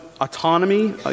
autonomy